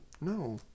No